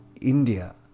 india